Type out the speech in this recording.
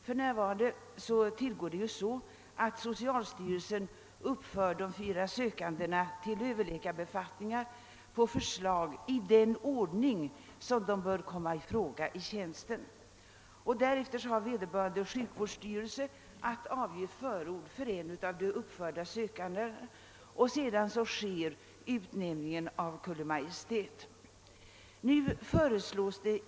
För närvarande går det ju så till, att socialstyrelsen uppför de fyra främsta sökandena till överläkarbefattning på förslag i den ordning som de bör komma i fråga till tjänsten, och därefter har vederbörande sjukvårdsstyrelse att avge förord för en av de uppförda sökandena, varefter utnämningen sker av Kungl. Maj:t.